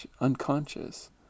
unconscious